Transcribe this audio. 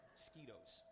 Mosquitoes